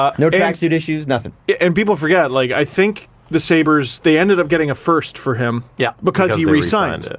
um no, track suit issues, nothing. and people forget, like i think the sabres ended up getting a first for him, yeah because he re-signed.